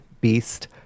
beast